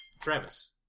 Travis